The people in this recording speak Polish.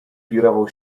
wirował